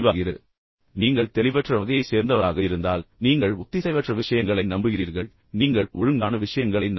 இப்போது மற்ற வழக்கில் நீங்கள் தெளிவற்ற வகையை சேர்ந்தவராக இருந்தால் நீங்கள் ஒத்திசைவற்ற விஷயங்களை நம்புகிறீர்கள் பின்னர் நீங்கள் ஒழுங்கான விஷயங்களை நம்புவதில்லை